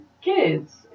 kids